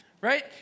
right